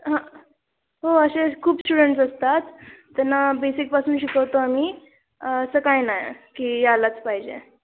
हां हो असे खूप स्टुडंट्स असतात त्यांना बेसिकपासून शिकवतो आम्ही असं काही नाही की यायलाच पाहिजे